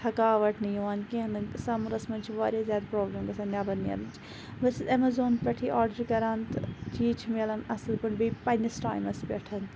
تھکاوَٹھ نہٕ یِوان کینٛہہ نہٕ سَمرَس مَنٛز چھِ واریاہ زیادٕ پرابلَم گَژھان نٮ۪بَر نیرنٕچ بہٕ چھَس اَمیزان پٮ۪ٹھٕے آرڈَر کَران تہٕ چیٖز چھِ مِلان اَصل پٲٹھۍ تہٕ بییٚہِ پَننِس ٹایمَس پٮ۪ٹھ